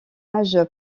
âge